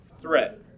Threat